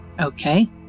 Okay